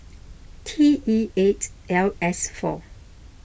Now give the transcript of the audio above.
T E eight L S four